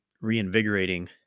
reinvigorating